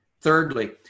Thirdly